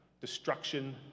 destruction